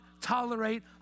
tolerate